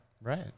Right